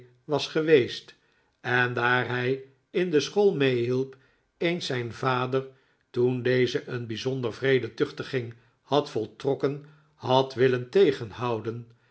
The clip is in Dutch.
was geweest en daar hij in de school meehielp eens zijn vader toen deze een bijzonder wreede tuchtiging had voltrokken had willen tegenhouden